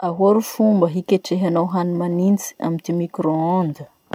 Ahoa ro fomba hiketrehanao hany manitsy amy ty micro-ondes?